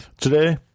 Today